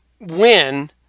win